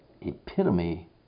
epitome